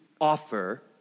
offer